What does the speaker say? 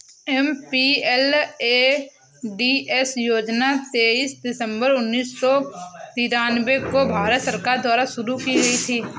MPLADS योजना तेईस दिसंबर उन्नीस सौ तिरानवे को भारत सरकार द्वारा शुरू की गयी थी